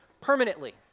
permanently